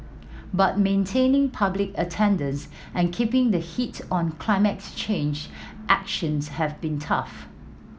but maintaining public attendance and keeping the heat on climate change actions have been tough